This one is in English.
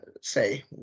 say